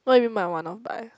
what you mean by one off buy